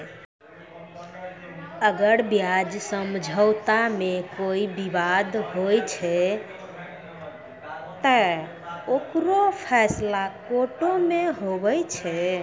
अगर ब्याज समझौता मे कोई बिबाद होय छै ते ओकरो फैसला कोटो मे हुवै छै